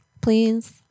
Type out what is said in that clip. please